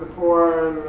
for